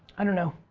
i don't know.